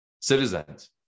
citizens